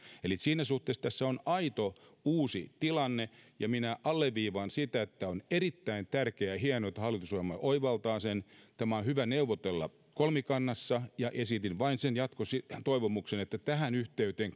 eli siinä suhteessa tässä on aito uusi tilanne ja minä alleviivaan sitä että on erittäin tärkeää ja hienoa että hallitusohjelma oivaltaa sen tämä on hyvä neuvotella kolmikannassa ja esitin vain sen jatkotoivomuksen että tähän yhteyteen